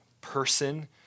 person